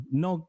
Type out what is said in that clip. no